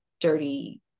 dirty